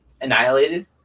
annihilated